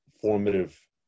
formative